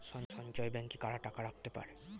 সঞ্চয় ব্যাংকে কারা টাকা রাখতে পারে?